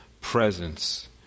presence